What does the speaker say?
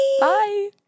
bye